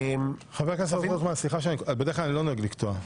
חבר הכנסת רוטמן, סליחה, בדרך כלל לא נוהג לקטוע.